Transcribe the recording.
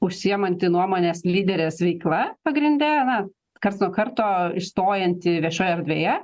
užsiimanti nuomonės lyderės veikla pagrinde na karts nuo karto išstojanti viešoje erdvėje